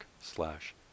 slash